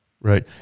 Right